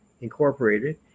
Incorporated